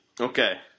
Okay